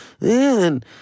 man